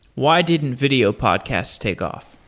why didn't video podcasts takeoff?